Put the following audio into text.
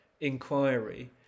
inquiry